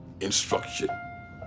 instruction